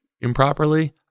improperly